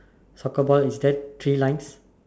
soccer ball is there three lines